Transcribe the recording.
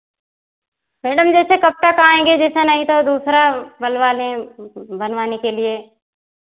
madam जैसे कब तक आएँगे जैसे नहीं तो दूसरा बनवा लें बनवाने के लिए